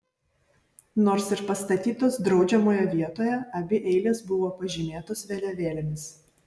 nors ir pastatytos draudžiamoje vietoje abi eilės buvo pažymėtos vėliavėlėmis